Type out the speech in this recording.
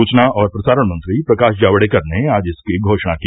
सूचना और प्रसारण मंत्री प्रकाश जावडेकर ने आज इसकी घोषणा की